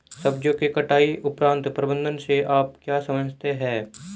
सब्जियों के कटाई उपरांत प्रबंधन से आप क्या समझते हैं?